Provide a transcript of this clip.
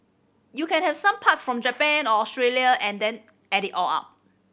you can have some parts from Japan or Australia and then add it all up